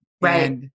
Right